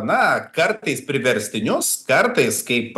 na kartais priverstinius kartais kaip